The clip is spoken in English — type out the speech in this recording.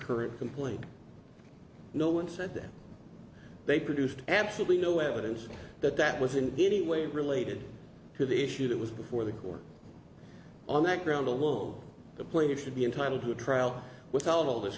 current complaint no one said that they produced absolutely no evidence that that was in any way related to the issue that was before the court on that ground alone the plaintiff should be entitled to a trial without all this